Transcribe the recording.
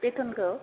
बेथनखौ